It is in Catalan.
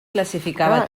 classificava